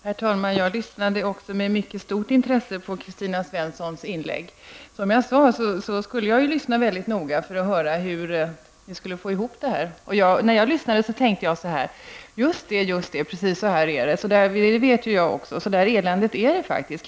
Herr talman! Jag lyssnade med mycket stort intresse på Kristina Svenssons inlägg. Som jag sade skulle jag lyssna mycket noga för att höra hur ni skulle få ihop det. Och när jag lyssnade så tänkte jag: Just det, precis så här är det. Det vet ju jag också. Så där eländigt är det faktiskt.